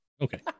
Okay